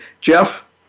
Jeff